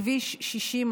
כביש 60,